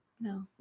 No